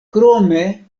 krome